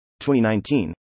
2019